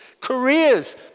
careers